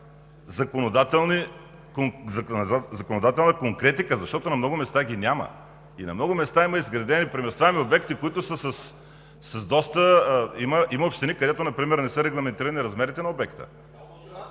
законодателна конкретика, защото на много места я няма. И на много места има изградени преместваеми обекти, има общини, където например не са регламентирани размерите на обекта.